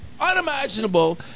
unimaginable